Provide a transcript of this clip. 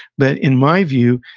but, in my view,